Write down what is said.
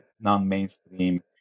non-mainstream